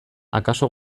akaso